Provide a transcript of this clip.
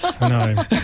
No